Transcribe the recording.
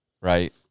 right